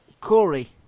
Corey